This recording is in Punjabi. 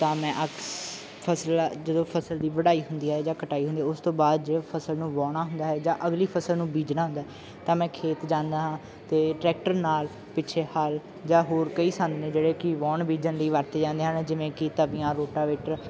ਤਾਂ ਮੈਂ ਅਕਸਰ ਫਸਲ ਜਦੋਂ ਫਸਲ ਦੀ ਵਢਾਈ ਹੁੰਦੀ ਹੈ ਜਾਂ ਕਟਾਈ ਹੁੰਦੀ ਉਸ ਤੋਂ ਬਾਅਦ ਜਦੋਂ ਫਸਲ ਨੂੰ ਵਾਹੁਣਾ ਹੁੰਦਾ ਹੈ ਜਾਂ ਅਗਲੀ ਫਸਲ ਨੂੰ ਬੀਜਣਾ ਹੁੰਦਾ ਤਾਂ ਮੈਂ ਖੇਤ ਜਾਂਦਾ ਹਾਂ ਅਤੇ ਟਰੈਕਟਰ ਨਾਲ ਪਿੱਛੇ ਹਲ ਜਾਂ ਹੋਰ ਕਈ ਸੰਦ ਨੇ ਜਿਹੜੇ ਕਿ ਵਾਹੁਣ ਬੀਜਣ ਲਈ ਵਰਤੇ ਜਾਂਦੇ ਹਨ ਜਿਵੇਂ ਕਿ ਤਵੀਆਂ ਰੋਟਾਵੇਟਰ